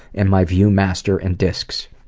and my viewmaster and disks.